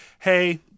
Hey